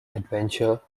adventure